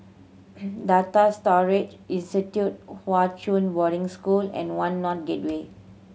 Data Storage Institute Hwa Chong Boarding School and One North Gateway